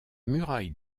muraille